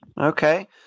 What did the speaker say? Okay